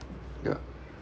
ya